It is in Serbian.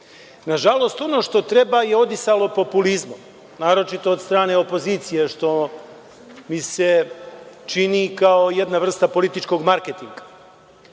Nažalost, ono što treba je odisalo populizmom, naročito od strane opozicije, što mi se čini kao jedna vrsta političkog marketinga. Ono